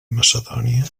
macedònia